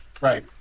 Right